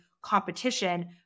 competition